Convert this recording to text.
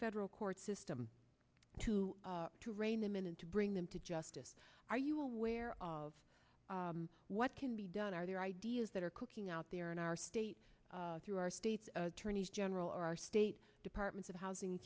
federal court system to to rein them in and to bring them to justice are you aware of what can be done are there ideas that are cooking out there in our state through our state attorneys general or our state department of housing